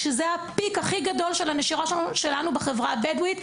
ששם זה הפיק הכי גדול של הנשירה בחברה הבדואית,